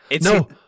No